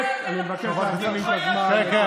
איך אתה